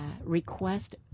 request